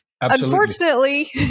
unfortunately